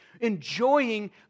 enjoying